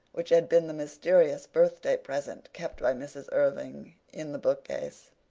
which had been the mysterious birthday present kept by mrs. irving in the bookcase.